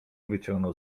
wyciągnął